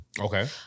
Okay